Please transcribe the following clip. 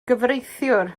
gyfreithiwr